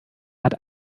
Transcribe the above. hat